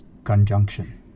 Conjunction